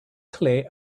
clear